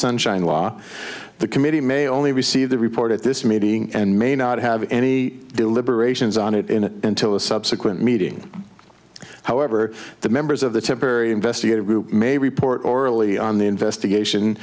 sunshine law the committee may only receive the report at this meeting and may not have any deliberations on it in it until a subsequent meeting however the members of the temporary investigative group may report orally on the investigation